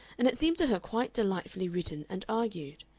and it seemed to her quite delightfully written and argued.